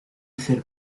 ser